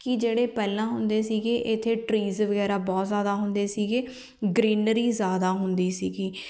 ਕਿ ਜਿਹੜੇ ਪਹਿਲਾਂ ਹੁੰਦੇ ਸੀਗੇ ਇੱਥੇ ਟ੍ਰੀਜ਼ ਵਗੈਰਾ ਬਹੁਤ ਜ਼ਿਆਦਾ ਹੁੰਦੇ ਸੀਗੇ ਗਰੀਨਰੀ ਜ਼ਿਆਦਾ ਹੁੰਦੀ ਸੀਗੀ